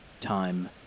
Time